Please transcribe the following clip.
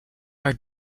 are